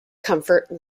comfort